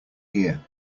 here